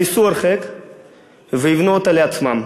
אז שייסעו הרחק ויבנו אותה לעצמם.